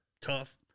tough